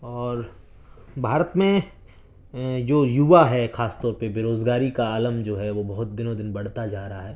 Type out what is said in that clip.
اور بھارت میں جو یووا ہے خاص طور پہ بے روزگاری کا عالم جو ہے وہ بہت دنوں دن بڑھتا جا رہا ہے